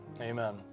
Amen